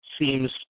seems